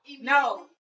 no